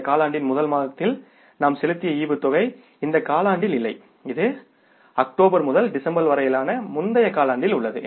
இந்த காலாண்டின் முதல் மாதத்தில் நாம் செலுத்திய டிவிடெண்ட் ஏதும் இல்லை இது அக்டோபர் முதல் டிசம்பர் வரையிலான முந்தைய காலாண்டில் உள்ளது